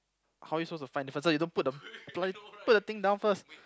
how you supposed to find the person if you don't put the pl~ put the thing down first